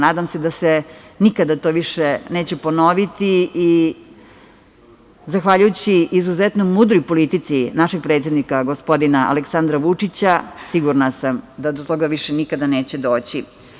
Nadam se da se to nikada više neće ponoviti, i zahvaljujući izuzetno mudroj politici našeg predsednika gospodina Aleksandra Vučića, sigurna sam da do toga nikada više neće doći.